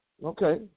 Okay